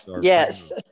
Yes